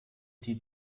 die